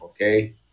Okay